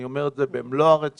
אני אומר את זה במלוא הרצינות.